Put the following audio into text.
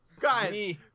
Guys